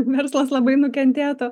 verslas labai nukentėtų